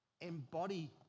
embody